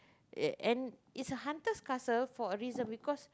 yeah and it's a hunter's castle for a reason because